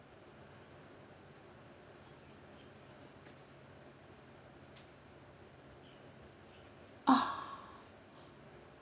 oh